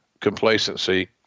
complacency